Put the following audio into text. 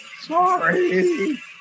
Sorry